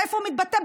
איפה הוא מתבטא?